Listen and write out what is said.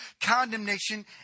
condemnation